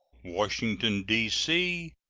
washington, d c,